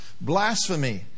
blasphemy